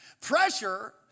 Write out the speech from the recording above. pressure